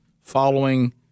following